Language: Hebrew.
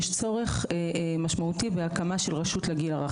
יש צורך משמעותי בהקמת רשות לגיל הרך.